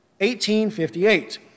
1858